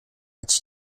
its